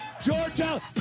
Georgia